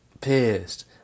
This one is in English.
pissed